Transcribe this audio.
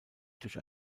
durch